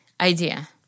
Idea